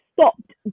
stopped